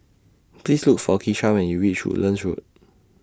Please Look For Keshia when YOU REACH Woodlands Road